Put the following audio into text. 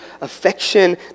affection